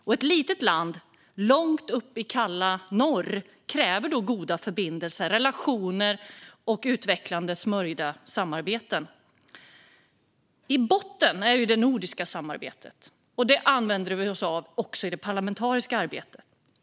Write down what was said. För ett litet land långt uppe i det kalla norr krävs goda förbindelser, relationer och utvecklande, välsmorda samarbeten. I botten handlar det om det nordiska samarbetet, och det använder vi oss av också i det parlamentariska arbetet.